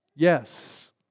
Yes